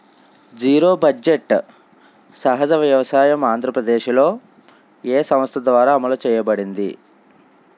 Zero budget సహజ వ్యవసాయం ఆంధ్రప్రదేశ్లో, ఏ సంస్థ ద్వారా అమలు చేయబడింది?